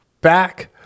back